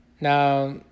Now